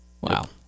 Wow